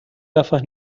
gafas